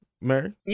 Mary